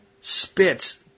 spits